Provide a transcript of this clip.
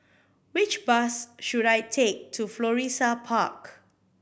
which bus should I take to Florissa Park